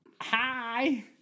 hi